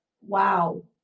wow